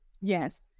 Yes